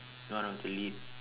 one of the lead